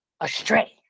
astray